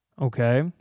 Okay